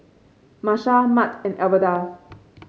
Marsha Mart and Alverda